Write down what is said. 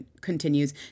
continues